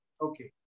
Okay